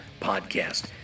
Podcast